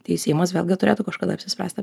tai seimas vėlgi turėtų kažkada apsispręsti apie tai